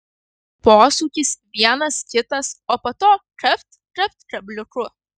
posūkis vienas kitas o po to kapt kapt kabliuku